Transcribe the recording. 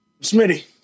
Smitty